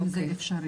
אם זה אפשרי.